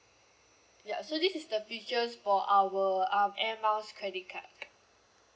ya so this is the features for our our air miles credit card